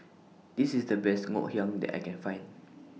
This IS The Best Ngoh Hiang that I Can Find